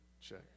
Check